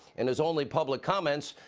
in his only public comments,